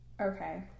okay